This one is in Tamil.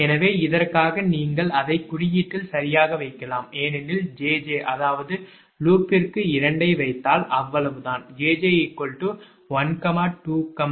எனவே இதற்காக நீங்கள் அதை குறியீட்டில் சரியாக வைக்கலாம் ஏனெனில் 𝑗𝑗 அதாவது நீங்கள் லூப்பிற்கு 2 ஐ வைத்தால் அவ்வளவுதான் 𝑗𝑗 12